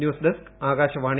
news desk Akashvani